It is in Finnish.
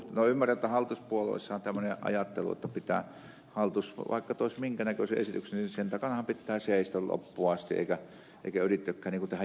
no ymmärrän jotta hallituspuolueissa on tämmöinen ajattelu että vaikka hallitus toisi minkälaisen esityksen niin sen takana pitää seistä loppuun asti eikä yrittääkään tehdä järkeviä päätöksiä